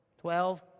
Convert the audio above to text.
Twelve